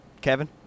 Kevin